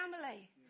family